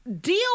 deal